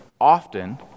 often